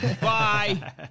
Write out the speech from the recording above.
Bye